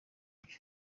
byo